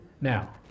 Now